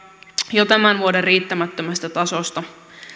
jo tämän vuoden riittämättömästä tasosta